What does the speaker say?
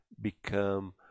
become